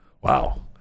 Wow